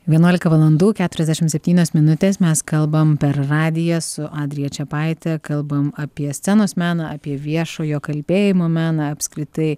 vienuolika valandų keturiasdešim septynios minutės mes kalbam per radiją su adrija čepaite kalbam apie scenos meną apie viešojo kalbėjimo meną apskritai